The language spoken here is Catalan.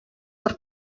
per